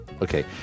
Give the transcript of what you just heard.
okay